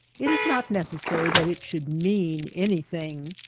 it is not necessary that it should mean anything.